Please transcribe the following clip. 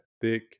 thick